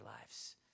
lives